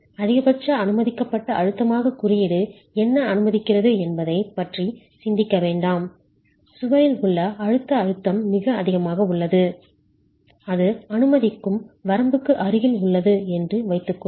அதிகபட்ச அனுமதிக்கப்பட்ட அழுத்தமாக குறியீடு என்ன அனுமதிக்கிறது என்பதைப் பற்றி சிந்திக்க வேண்டாம் சுவரில் உள்ள அழுத்த அழுத்தம் மிக அதிகமாக உள்ளது அது அனுமதிக்கும் வரம்புக்கு அருகில் உள்ளது என்று வைத்துக்கொள்வோம்